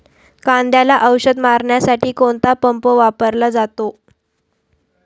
कांद्याला औषध मारण्यासाठी कोणता पंप वापरला जातो?